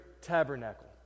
tabernacle